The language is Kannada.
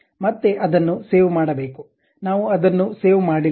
ಮತ್ತೆ ಅದನ್ನು ಸೇವ್ ಮಾಡಬೇಕು ನಾವು ಅದನ್ನು ಸೇವ್ ಮಾಡಿಲ್ಲ